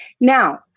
Now